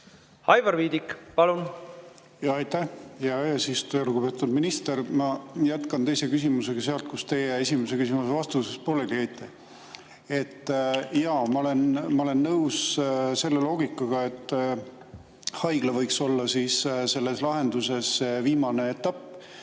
Aivar Viidik, palun! Aitäh, hea eesistuja! Lugupeetud minister! Ma jätkan teise küsimusega sealt, kus teie esimese küsimuse vastuses pooleli jäite. Ma olen nõus selle loogikaga, et haigla võiks olla selles lahenduses viimane etapp.